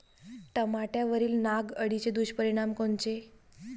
टमाट्यावरील नाग अळीचे दुष्परिणाम कोनचे?